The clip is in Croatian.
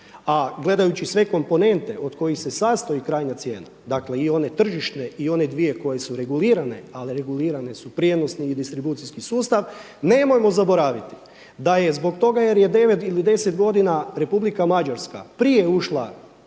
A gledajući sve komponente od kojih se sastoji krajnja cijena dakle i one tržišne i one dvije koje su regulirane, a regulirane su prijenosni i distribucijski sustav, nemojmo zaboraviti da je zbog toga jer je 9 ili 10 godina Republika Mađarska prije ušla